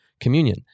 communion